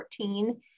2014